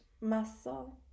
muscle